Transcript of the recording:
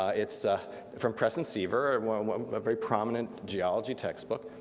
ah it's ah from press and siever, a very prominent geology textbook.